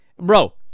bro